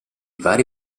vari